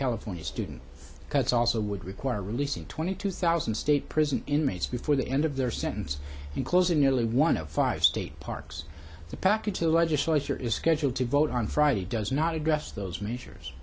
california student cuts also would require releasing twenty two thousand state prison inmates before the end of their sentence in closing nearly one of five state parks the package the legislature is scheduled to vote on friday does not address those measures